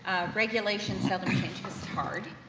regulation seldom changes hard.